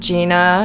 Gina